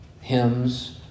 hymns